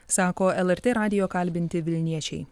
sako lrt radijo kalbinti vilniečiai